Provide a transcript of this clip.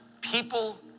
People